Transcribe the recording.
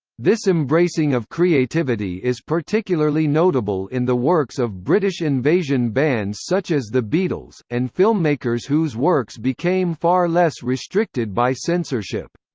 this embracing of creativity is particularly notable in the works of british invasion bands such as the beatles, and filmmakers whose works became far less restricted by censorship.